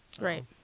Right